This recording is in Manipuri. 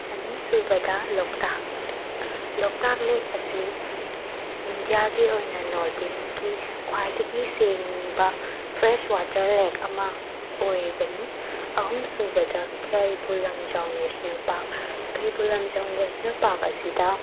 ꯑꯅꯤ ꯁꯨꯕꯗ ꯂꯣꯛꯇꯥꯛ ꯂꯦꯛ ꯂꯣꯛꯇꯥꯛ ꯂꯦꯛ ꯑꯁꯤ ꯏꯟꯗꯤꯌꯥꯒꯤ ꯑꯣꯏꯅ ꯅꯣꯔꯠ ꯏꯁꯀꯤ ꯈ꯭ꯋꯥꯏꯗꯒꯤ ꯁꯦꯡꯕ ꯐ꯭ꯔꯦꯁ ꯋꯥꯇꯔ ꯂꯦꯛ ꯑꯃ ꯑꯣꯏꯔꯤꯕꯅꯤ ꯑꯍꯨꯝ ꯁꯨꯕꯗ Keibul Lamjao national park Keibul Lamjao national park ꯑꯁꯤꯗ